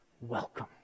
Welcome